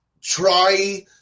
try